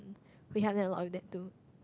we help them a lot with that too